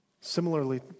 Similarly